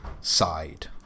side